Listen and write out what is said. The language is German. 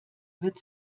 wird